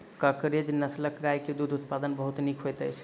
कंकरेज नस्लक गाय के दूध उत्पादन बहुत नीक होइत अछि